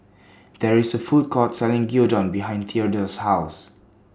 There IS A Food Court Selling Gyudon behind Theadore's House